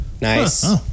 Nice